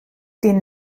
den